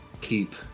keep